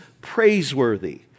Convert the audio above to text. praiseworthy